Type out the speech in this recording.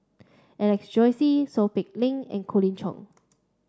Alex Josey Seow Peck Leng and Colin Cheong